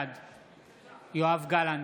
בעד יואב גלנט,